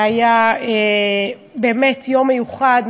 והיה באמת יום מיוחד,